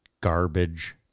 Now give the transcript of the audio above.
garbage